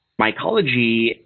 mycology